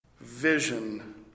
vision